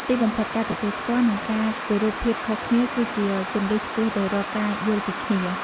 ទីបំផុត ការទទួលស្គាល់ និងការគោរពភាពខុសគ្នាគឺជាគន្លឹះឆ្ពោះទៅរកការយល់ពីគ្នា។